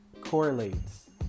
correlates